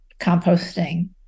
composting